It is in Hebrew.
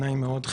נעים מאוד,